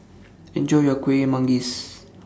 Enjoy your Kueh Manggis